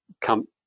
come